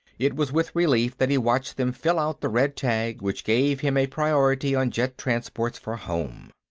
it was with relief that he watched them fill out the red tag which gave him a priority on jet transports for home.